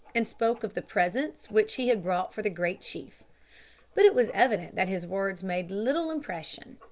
and spoke of the presents which he had brought for the great chief but it was evident that his words made little impression.